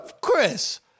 Chris